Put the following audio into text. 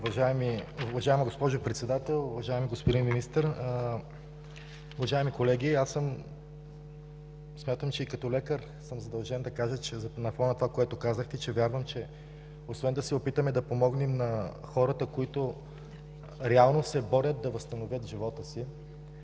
Уважаема госпожо Председател, уважаеми господин Министър, уважаеми колеги! Смятам, че и като лекар съм задължен да кажа на фона на това, което казахте, вярвам, че освен да се опитаме да помогнем на хората, които реално се борят да възстановят живота си,